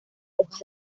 hojas